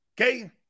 Okay